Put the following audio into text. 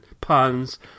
puns